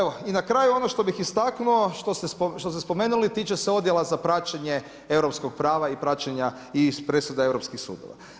Evo, i na kraju ono što bih istaknuo, što ste spomenuli, tiče se odjela za praćenje europskog prava i praćenja i presuda europskih sudova.